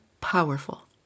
powerful